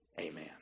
amen